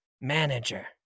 manager